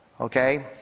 okay